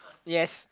yes